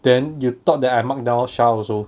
then you thought that I mark down shah also